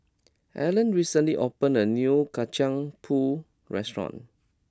Allen recently opened a new Kacang pool restaurant